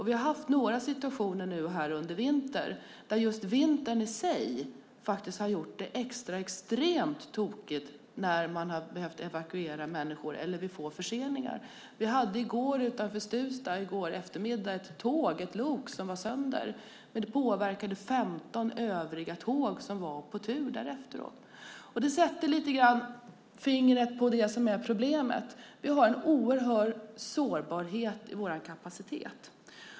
Vi har under vintern haft några situationer där just vintern i sig har gjort det extra extremt tokigt när man har behövt evakuera människor eller har fått förseningar. I går eftermiddag hade vi i Stuvsta ett lok som var sönder. Det påverkade 15 andra tåg som var på tur. Det sätter lite grann fingret på det som är problemet: Vi har en oerhörd sårbarhet i vår kapacitet.